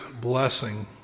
blessing